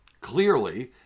Clearly